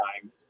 time